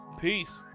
Peace